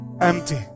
empty